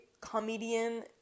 comedian